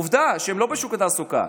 עובדה שהם לא בשוק התעסוקה.